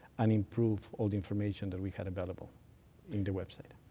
and improve all the information that we had available in the web site.